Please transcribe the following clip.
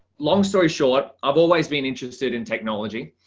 long story short, i've always been interested in technology.